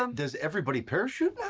um does everybody parachute